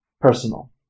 personal